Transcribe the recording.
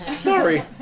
Sorry